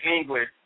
English